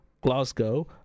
glasgow